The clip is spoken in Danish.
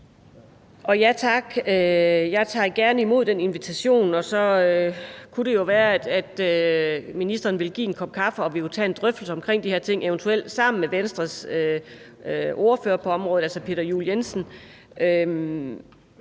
Ja tak. Jeg tager gerne imod den invitation. Og så kunne det jo være, at ministeren ville give en kop kaffe og vi kunne tage en drøftelse af de her ting, eventuelt sammen med Venstres ordfører på området, altså Peter Juel-Jensen.